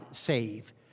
save